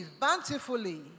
bountifully